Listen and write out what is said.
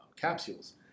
capsules